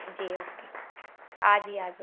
जी okay आज ही आज ही